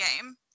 game